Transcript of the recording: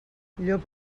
llop